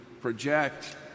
project